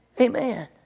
Amen